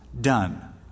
done